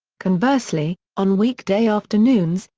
conversely, on weekday afternoons,